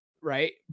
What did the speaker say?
right